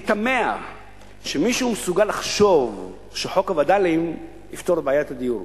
אני תמה שמישהו מסוגל לחשוב שחוק הווד"לים יפתור את בעיית הדיור.